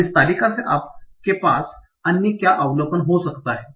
अब इस तालिका से आपके पास अन्य क्या अवलोकन हो सकता है